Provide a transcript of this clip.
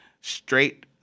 straight